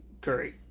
Curry